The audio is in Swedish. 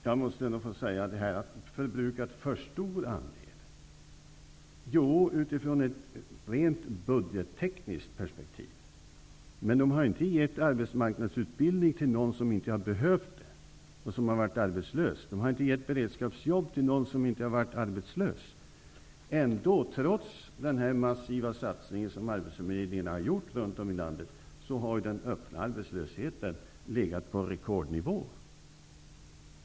Fru talman! Länsarbetsnämnderna har förbrukat en för stor andel utifrån ett rent budgettekniskt perspektiv, men de har inte givit arbetsmarknadsutbildning till någon som inte har behövt den. De har inte givit beredskapsjobb till någon som inte har varit arbetslös. Trots den massiva satsning som arbetsförmedlingarna har gjort runt om i landet har den öppna arbetslösheten legat på en rekordnivå.